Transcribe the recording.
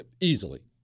easily